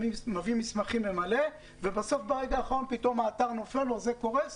בסוף האתר קורס,